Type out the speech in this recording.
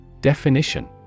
Definition